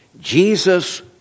Jesus